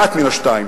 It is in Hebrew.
אחת מן השתיים,